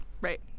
right